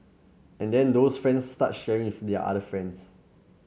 and then those friends start sharing with their other friends